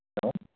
hello